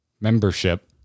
membership